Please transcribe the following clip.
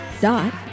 dot